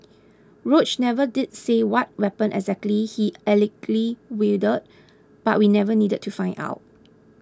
Roach never did say what weapon exactly he allegedly wielded but we never needed to find out